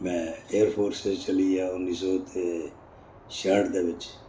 मैं air force च चली गेआ उन्नी सौ ते श्याठ दे बिच